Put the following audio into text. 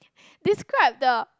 describe the